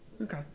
Okay